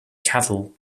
cattle